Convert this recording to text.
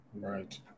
right